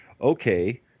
Okay